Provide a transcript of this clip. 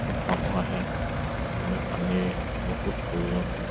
বহুত মানুহ আহে সেইকাৰণে পানীৰ বহুত প্ৰয়োজন হয়